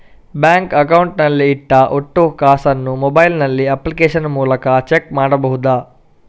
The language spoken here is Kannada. ಬ್ಯಾಂಕ್ ಅಕೌಂಟ್ ನಲ್ಲಿ ಇಟ್ಟ ಒಟ್ಟು ಕಾಸನ್ನು ಮೊಬೈಲ್ ನಲ್ಲಿ ಅಪ್ಲಿಕೇಶನ್ ಮೂಲಕ ಚೆಕ್ ಮಾಡಬಹುದಾ?